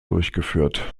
durchgeführt